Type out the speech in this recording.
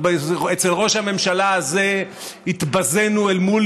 אצל ראש הממשלה הזה התבזינו אל מול